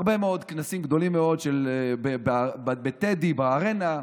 הרבה מאוד כנסים גדולים מאוד בטדי, בארנה,